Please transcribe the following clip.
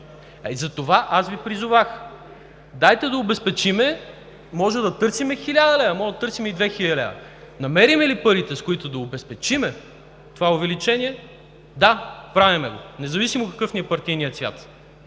Затова аз Ви призовах – дайте да обезпечим, може да търсим 1000 лв., може да търсим и 2000 лв. Намерим ли парите, с които да обезпечим това увеличение – да, правим го, независимо какъв е партийният ни цвят.